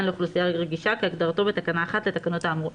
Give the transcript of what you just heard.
לאוכלוסייה רגישה" כהגדרתו בתקנה 1 לתקנות האמורות.